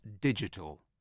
digital